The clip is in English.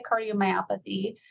cardiomyopathy